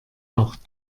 auch